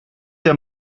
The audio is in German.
der